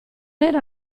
era